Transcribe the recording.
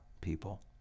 people